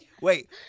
Wait